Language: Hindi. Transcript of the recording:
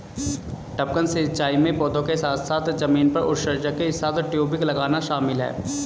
टपकन सिंचाई में पौधों के साथ साथ जमीन पर उत्सर्जक के साथ टयूबिंग लगाना शामिल है